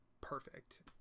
perfect